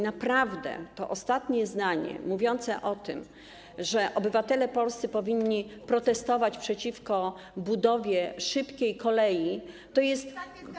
Naprawdę, to ostatnie zdanie mówiące o tym, że obywatele polscy powinni protestować przeciwko budowie szybkiej kolei, to jest.